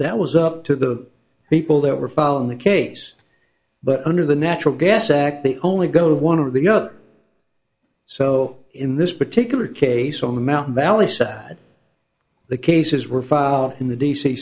that was up to the people that were following the case but under the natural gas act the only go one of the other so in this particular case on the mountain valley side the cases were filed in the d